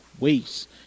waste